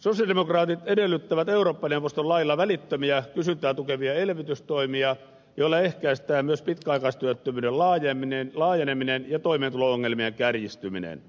sosialidemokraatit edellyttävät eurooppa neuvoston lailla välittömiä kysyntää tukevia elvytystoimia joilla ehkäistään myös pitkäaikaistyöttömyyden laajeneminen ja toimeentulo ongelmien kärjistyminen